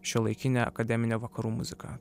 šiuolaikinę akademinę vakarų muziką